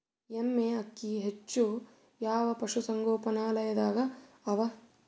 ಎಮ್ಮೆ ಅಕ್ಕಿ ಹೆಚ್ಚು ಯಾವ ಪಶುಸಂಗೋಪನಾಲಯದಾಗ ಅವಾ?